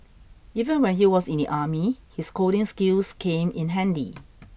even when he was in the army his coding skills came in handy